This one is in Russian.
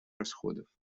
расходов